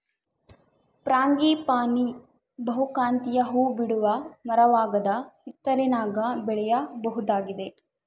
frangipani ಬಹುಕಾಂತೀಯ ಹೂಬಿಡುವ ಮರವಾಗದ ಹಿತ್ತಲಿನಾಗ ಬೆಳೆಯಬಹುದಾಗಿದೆ